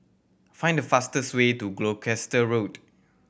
find the fastest way to Gloucester Road